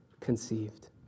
conceived